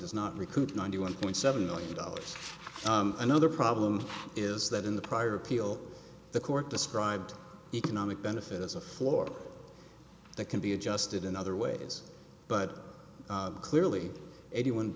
does not recoup ninety one point seven million dollars another problem is that in the prior appeal the court described economic benefit as a floor that can be adjusted in other ways but clearly eighty one